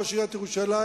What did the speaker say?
ראש עיריית ירושלים,